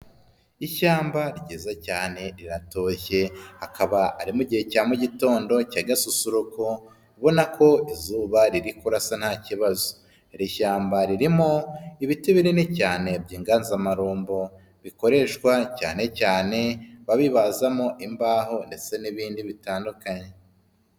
Ishyamba ryiza cyane, riratoshye. Akaba ari mu gihe cya mu gitondo, cya gasusuruko. Ubona ko izuba riri kurasa nta kibazo. Iri shyamba ririmo ibiti binini cyane by'inganzamarumbo, bikoreshwa cyane cyane babibazamo imbaho, ndetse n'ibindi bitandukanye.